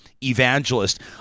evangelist